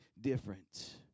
different